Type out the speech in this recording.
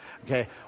okay